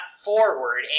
forward